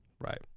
right